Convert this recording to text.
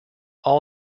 all